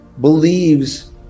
believes